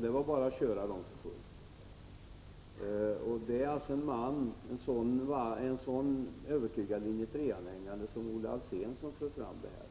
Det var bara att köra dem för fullt. Det är en så övertygad anhängare av linje 3 som Olle Alsén som för fram detta.